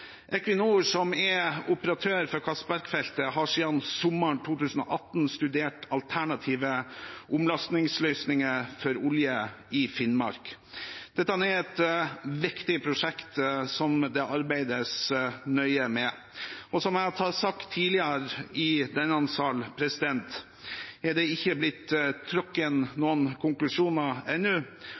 Equinor, som er operatør for Castberg-feltet, har siden sommeren 2018 studert alternative omlastingsløsninger for olje i Finnmark. Dette er et viktig prosjekt som det arbeides nøye med. Som jeg har sagt tidligere i denne salen, er det ikke blitt trukket noen konklusjoner ennå,